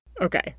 Okay